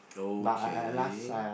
okay